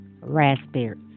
raspberries